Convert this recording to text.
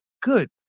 Good